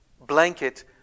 blanket